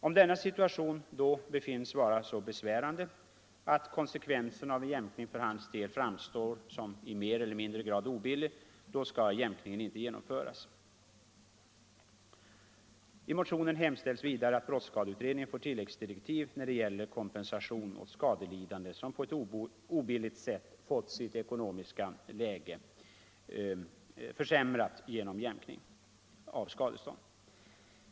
Om denna situation då befinns vara så besvärande att konsekvensen av en jämkning för hans del framstår som mer eller mindre obillig, skall jämkningen inte genomföras. I motionen hemställs vidare att brottsskadeutredningen får tilläggsdirektiv när det gäller kompensation åt skadelidande som på ett obilligt sätt fått sitt ekonomiska läge försämrat genom jämkning av skadestånd.